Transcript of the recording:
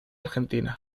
argentina